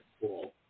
cool